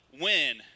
win